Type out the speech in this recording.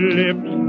lips